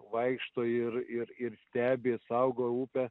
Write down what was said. vaikšto ir ir ir stebi saugo upę